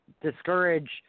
discourage –